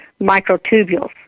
microtubules